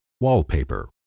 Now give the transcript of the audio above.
wallpaper